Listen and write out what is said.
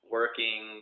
working